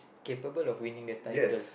capable of winning the title